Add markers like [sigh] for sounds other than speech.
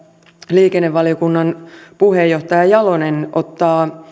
liikennevaliokunnan puheenjohtaja jalonen ottaa [unintelligible]